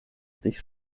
sich